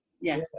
yes